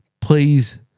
Please